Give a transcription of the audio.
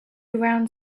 around